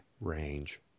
range